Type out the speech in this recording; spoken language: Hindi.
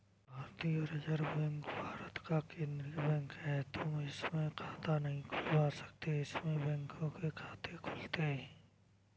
भारतीय रिजर्व बैंक भारत का केन्द्रीय बैंक है, तुम इसमें खाता नहीं खुलवा सकते इसमें बैंकों के खाते खुलते हैं